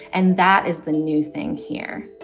and that is the new thing here